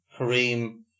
Kareem